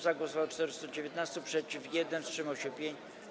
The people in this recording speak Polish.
Za głosowało 419, przeciw - 1, wstrzymało się 5.